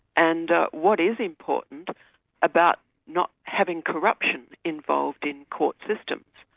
and what is important about not having corruption involved in court systems.